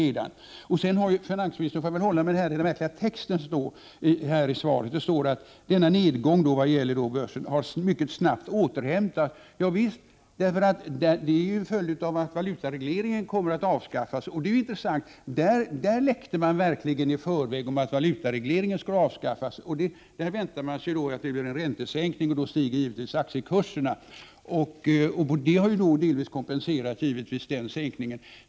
Finansministern säger sedan — jag får väl hålla mig till texten i svaret — att denna nedgång när det gäller börsen mycket snabbt har återhämtats. Javisst, det är ju en följd av att valutaregleringen kommer att avskaffas. Det är intressant. Där läckte man verkligen i förväg om att valutaregleringen skulle avskaffas. Man väntar sig då att det blir en räntesänkning, och då stiger givetvis aktiekurserna. Det har delvis kompenserat sänkningen.